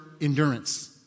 endurance